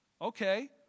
Okay